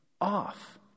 off